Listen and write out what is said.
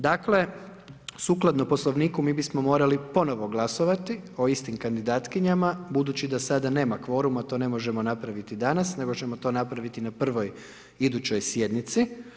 Dakle, sukladno Poslovniku, mi bismo morali ponovno glasovati, o istim kandidatkinjama, budući da sada nema kvoruma, to ne možemo napraviti danas, nego ćemo to napraviti na prvoj idućoj sjednici.